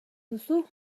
duzu